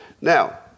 Now